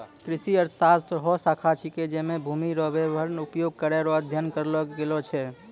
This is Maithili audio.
कृषि अर्थशास्त्र हौ शाखा छिकै जैमे भूमि रो वेहतर उपयोग करै रो अध्ययन करलो गेलो छै